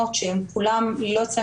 שני דיונים,